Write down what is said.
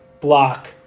block